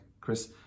Chris